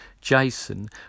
Jason